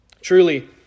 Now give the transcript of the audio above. Truly